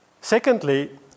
secondly